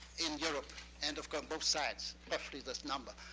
in europe. and of course, both sides, roughly this number.